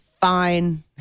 fine